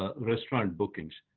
ah restaurant bookings,